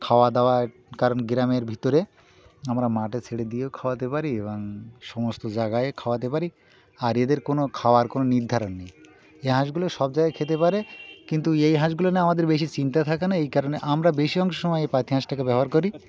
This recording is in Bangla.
খাওয়াদাওয়ায় কারণ গ্রামের ভিতরে আমরা মাঠে ছেড়ে দিয়েও খাওয়াতে পারি এবং সমস্ত জায়গায় খাওয়াতে পারি আর এদের কোনো খাওয়ার কোনো নির্ধারণ নেই এই হাঁসগুলো সব জায়গায় খেতে পারে কিন্তু এই হাঁসগুলো না আমাদের বেশি চিন্তা থাকে না এই কারণে আমরা বেশি অংশ সময় এই পাাতিহাঁসটাকে ব্যবহার করি